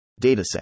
Dataset